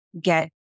get